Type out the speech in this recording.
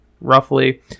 roughly